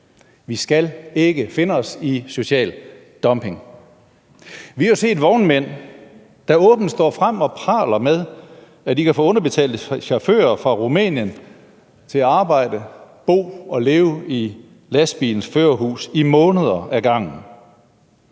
Vi skal ikke finde os i social dumping. Vi har jo set vognmænd, der åbent står frem og praler med, at de kan få underbetalte chauffører fra Rumænien til at arbejde, bo og leve i lastbilens førerhus i måneder ad gangen.